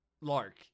lark